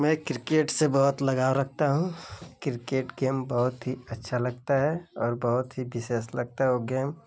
में क्रिकेट से बहुत लगाव रखता हूँ किरकेट गेम बहुत अच्छा लगता है और बहुत विशेष लगता है वो गेम मैं क्रिकेट से बहुत लगाव रखता हूँ किरकेट गेम बहुत अच्छा लगता है और बहुत विशेष लगता है वो गेम